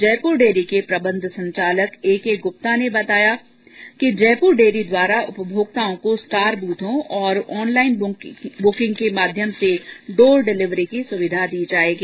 Jaipur dairy के प्रबन्ध संचालक एके गुप्ता ने बताया कि जयपुर डेयरी द्वारा उपभोक्ताओं को स्टार बूथो और आन लाईन बुकिंग के माध्यम से डोर डिलीवरी की सुविधा दी जावेगी